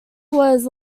was